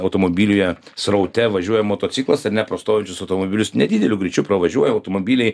automobilyje sraute važiuoja motociklas ar ne pro stovinčius automobilius nedideliu greičiu pravažiuoja automobiliai